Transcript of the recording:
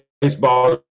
baseball